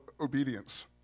obedience